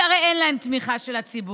כי הרי אין להם תמיכה של הציבור.